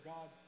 God